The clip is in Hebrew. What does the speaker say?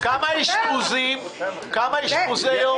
כמה אשפוזי יום